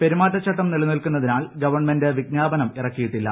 പെരുമാറ്റച്ചട്ടം നിലനിൽക്കുന്നതിനാൽ ഗവൺമെന്റ് വിജ്ഞാപനം ഇറക്കിയിട്ടില്ല